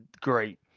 great